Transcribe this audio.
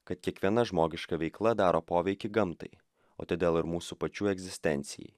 kad kiekviena žmogiška veikla daro poveikį gamtai o todėl ir mūsų pačių egzistencijai